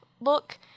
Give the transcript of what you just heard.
look